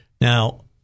now